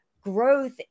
Growth